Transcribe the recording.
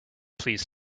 please